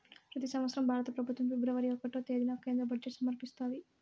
పెతి సంవత్సరం భారత పెబుత్వం ఫిబ్రవరి ఒకటో తేదీన కేంద్ర బడ్జెట్ సమర్పిస్తాది